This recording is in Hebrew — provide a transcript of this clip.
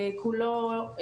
חזר,